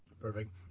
Perfect